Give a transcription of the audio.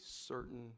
certain